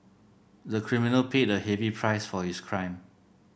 the criminal paid a heavy price for his crime